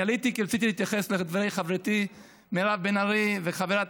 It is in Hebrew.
אני עליתי כי רציתי להתייחס לדברי חברתי מירב בן ארי וחברת